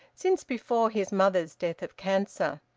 since before his mother's death of cancer.